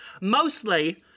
Mostly